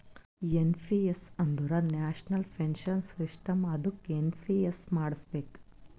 N P S ಅಂದುರ್ national pension system ಅದ್ದುಕ NPS ಮಾಡುಸ್ಬೇಕ್